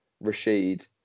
Rashid